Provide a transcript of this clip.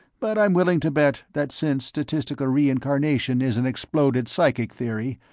but i'm willing to bet that since statistical reincarnation is an exploded psychic theory,